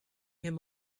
him